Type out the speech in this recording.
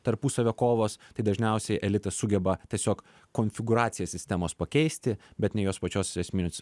tarpusavio kovos tai dažniausiai elitas sugeba tiesiog konfigūraciją sistemos pakeisti bet ne jos pačios esminius